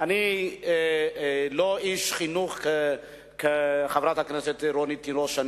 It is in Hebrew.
אני לא איש חינוך כמו חברת הכנסת רונית תירוש,